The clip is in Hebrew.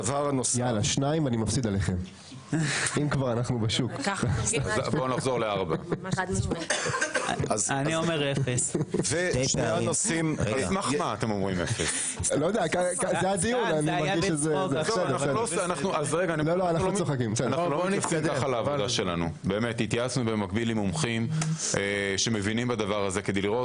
כנראה 3. התייעצנו עם מומחים שמבינים בזה כדי לראות